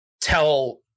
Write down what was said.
tell